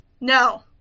No